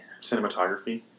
cinematography